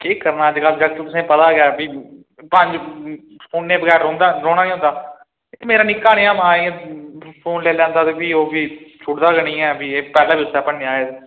केह् करना जेह्का अजकल तुसें पता गै ऐ भई पंज फ फोनै बगैर रौंह्दा रौह्ना निं होंदा इक मेरा निक्का नेहा माय इ'यां फोन लेई लैंदा ते भी ओह् भी छोड़दा गै निं ऐ भी एह् पैह्लें बी उस्सै भन्नेआ एह्